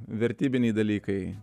vertybiniai dalykai